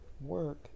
work